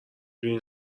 دونی